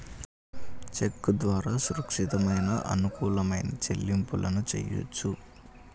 చెక్కు ద్వారా సురక్షితమైన, అనుకూలమైన చెల్లింపులను చెయ్యొచ్చు